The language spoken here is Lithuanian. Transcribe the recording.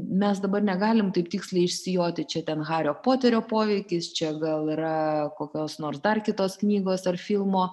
mes dabar negalim taip tiksliai išsijoti čia ten hario poterio poveikis čia gal yra kokios nors dar kitos knygos ar filmo